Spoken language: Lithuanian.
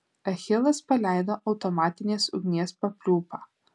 achilas paleido automatinės ugnies papliūpą